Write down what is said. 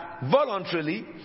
voluntarily